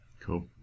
Cool